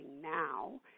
now